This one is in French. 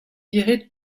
dirai